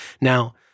Now –